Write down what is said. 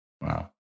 Wow